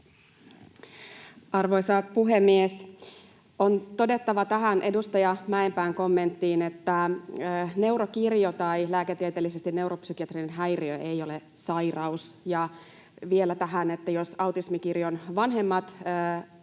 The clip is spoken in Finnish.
Arvoisa puhemies! On todettava tähän edustaja Mäenpään kommenttiin, että neurokirjo tai lääketieteellisesti neuropsykiatrinen häiriö ei ole sairaus, ja vielä tähän, että jos autismikirjon vanhemmat itse